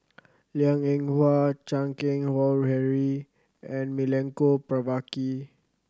Liang Eng Hwa Chan Keng Howe Harry and Milenko Prvacki